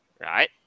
right